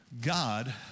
God